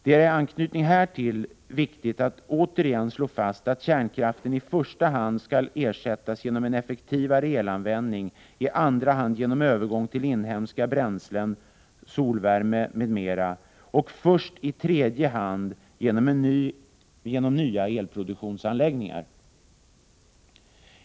Det är i anknytning härtill viktigt att återigen slå fast att kärnkraften i första hand skall ersättas genom effektivare elanvändning, i andra hand genom övergång till inhemska bränslen — solvärme m.m. — och först i tredje hand genom nya elproduktionsanläggningar.